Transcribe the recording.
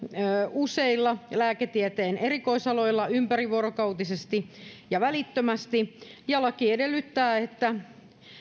useilla lääketieteen erikoisaloilla ympärivuorokautisesti ja välittömästi ja laki edellyttää että